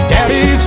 Daddy